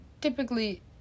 typically